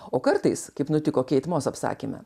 o kartais kaip nutiko keit mos apsakyme